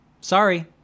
sorry